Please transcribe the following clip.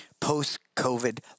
post-COVID